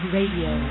Radio